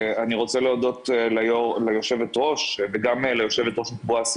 אני רוצה להודות ליושבת-ראש וגם ליושבת-ראש בפועל,